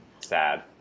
Sad